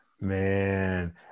Man